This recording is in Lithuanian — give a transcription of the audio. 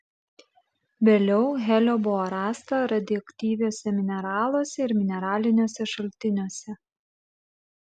vėliau helio buvo rasta radioaktyviuose mineraluose ir mineraliniuose šaltiniuose